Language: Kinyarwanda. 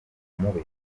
mubi